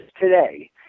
today